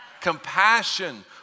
Compassion